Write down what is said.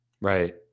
Right